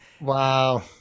Wow